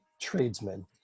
tradesmen